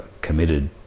committed